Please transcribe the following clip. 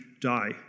die